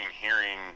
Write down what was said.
hearing